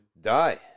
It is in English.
Die